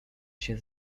się